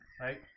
Right